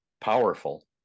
powerful